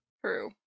true